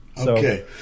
Okay